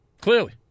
clearly